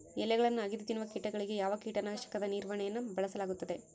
ಎಲೆಗಳನ್ನು ಅಗಿದು ತಿನ್ನುವ ಕೇಟಗಳಿಗೆ ಯಾವ ಕೇಟನಾಶಕದ ನಿರ್ವಹಣೆಯನ್ನು ಬಳಸಲಾಗುತ್ತದೆ?